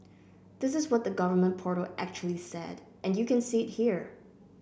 this is what the government portal actually said and you can see it here